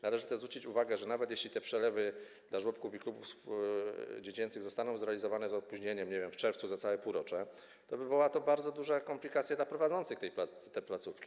Należy też zwrócić uwagę, że nawet jeśli te przelewy dla żłobków i klubów dziecięcych zostaną zrealizowane z opóźnieniem, nie wiem, w czerwcu, za całe półrocze, to wywoła to bardzo duże komplikacje dla prowadzących te placówki.